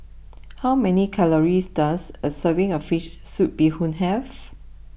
how many calories does a serving of Fish Soup Bee Hoon have